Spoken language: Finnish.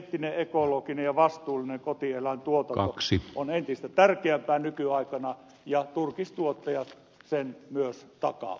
eettinen ekologinen ja vastuullinen kotieläintuotanto on entistä tärkeämpää nykyaikana ja turkistuottajat sen myös takaavat